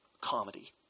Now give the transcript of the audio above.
comedy